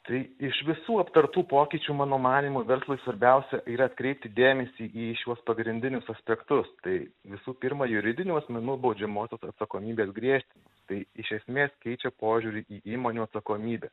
tai iš visų aptartų pokyčių mano manymu verslui svarbiausia yra atkreipti dėmesį į šiuos pagrindinius aspektus tai visų pirma juridinių asmenų baudžiamosios atsakomybės griežtinimas tai iš esmės keičia požiūrį į įmonių atsakomybę